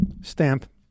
stamp